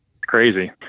crazy